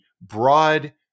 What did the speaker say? broad